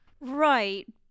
Right